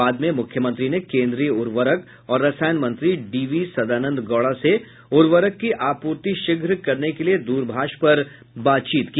बाद में मुख्यमंत्री ने केन्द्रीय उर्वरक और रसायन मंत्री डी वी सदानंद गौड़ा से उर्वरक की आपूर्ति शीघ्र करने के लिए द्रभाष पर बात की